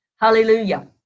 Hallelujah